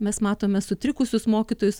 mes matome sutrikusius mokytojus